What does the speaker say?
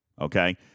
okay